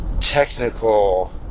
technical